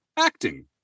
Acting